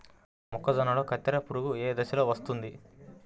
మొక్కజొన్నలో కత్తెర పురుగు ఏ దశలో వస్తుంది?